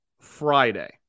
Friday